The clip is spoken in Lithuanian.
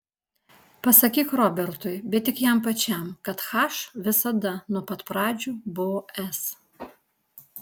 pasakyk robertui bet tik jam pačiam kad h visada nuo pat pradžių buvo s